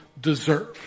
deserve